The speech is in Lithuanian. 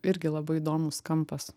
irgi labai įdomus kampas